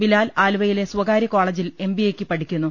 ബിലാൽ ആലൂവയിലെ സ്ഥകാര്യ കോളെജിൽ എം ബി എയ്ക്കു പഠിക്കുന്നു